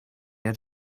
had